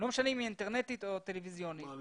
לא משנה אינטרנטית או טלוויזיונית --- מה,